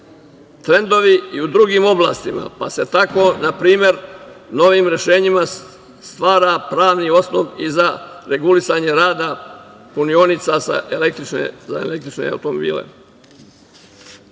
trendovi i u drugim oblastima, pa se tako, na primer, novim rešenjima stvara pravni osnov i za regulisanje rada punionica za električne automobile. Sledeća